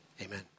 Amen